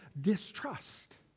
distrust